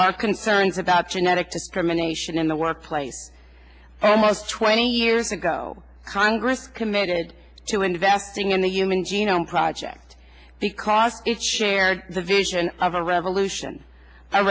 our concerns about genetic discrimination in the workplace almost twenty years ago congress committed to investing in the human genome project because it shared the vision of a revolution a